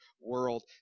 world